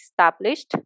established